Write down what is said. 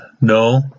no